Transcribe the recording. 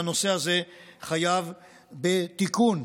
והנושא הזה חייב בתיקון.